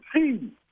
see